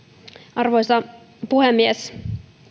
arvoisa puhemies